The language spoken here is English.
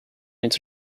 its